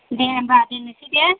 दे होनबा दोननोसै दे